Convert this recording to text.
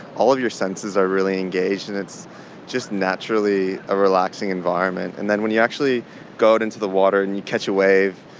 all your senses are really engaged and it's just naturally a relaxing environment. and then when you actually go out into the water and you catch a wave,